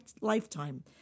lifetime